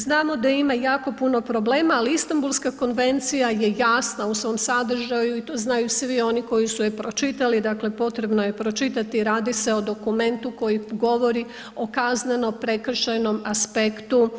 Znamo da ima jako puni problema ali Istanbulska konvencija je jasna u svom sadržaju i to znaju svi oni koji su je pročitali, dakle potrebno pročitati, radi se o dokumentu koji govori o kazneno-prekršajnom aspektu